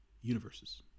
universes